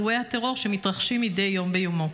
אירועי הטרור שמתרחשים מדי יום ביומו.